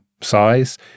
size